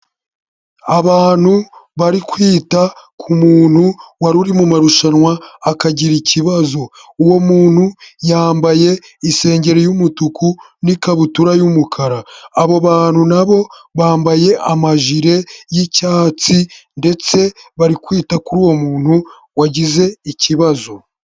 Abantu bari kwita ku muntu wari uri mu marushanwa akagira ikibazo, uwo muntu yambaye isengeri y'umutuku n'ikabutura y'umukara, abo bantu na bo bambaye amajire y'icyatsi ndetse bari kwita kuri uwo muntu wagize ikibazo.